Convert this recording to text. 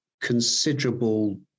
considerable